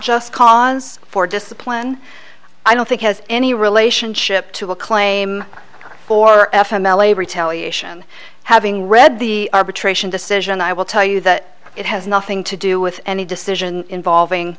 just cause for discipline i don't think has any relationship to a claim for f m l a retaliation having read the arbitration decision i will tell you that it has nothing to do with any decision involving